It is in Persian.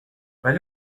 ولی